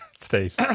Steve